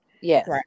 Yes